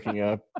up